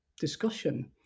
discussion